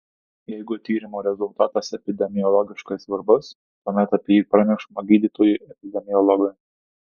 jeigu tyrimo rezultatas epidemiologiškai svarbus tuomet apie jį pranešama gydytojui epidemiologui